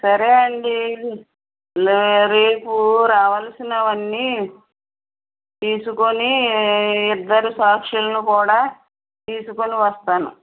సరే అండి ల రేపు రావాల్సినవన్నీ తీసుకుని ఇద్దరు సాక్షుల్ని కూడా తీసుకుని వస్తాను